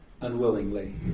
unwillingly